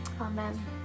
Amen